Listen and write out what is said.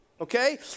okay